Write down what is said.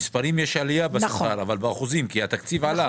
במספרים יש עלייה בשכר אבל באחוזים כי התקציב עלה.